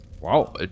Wow